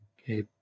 okay